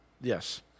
Yes